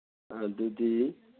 ꯑꯗꯨꯗꯤ